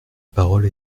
parole